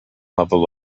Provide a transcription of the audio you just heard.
level